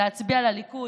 להצביע לליכוד,